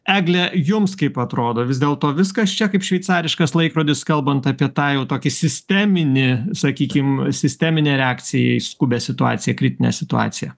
egle jums kaip atrodo vis dėlto viskas čia kaip šveicariškas laikrodis kalbant apie tą jau tokį sisteminį sakykim sisteminę reakciją į skubią situaciją kritinę situaciją